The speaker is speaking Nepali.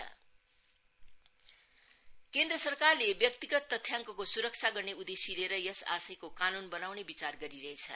डाटा प्रोटेक्सन केन्द्र सरकारले व्यक्तिगत तथ्याङ्कको सुरक्षा गर्ने उद्देश्य लिएर यस आशयको कान्न बनाउने विचार गरिरहेछ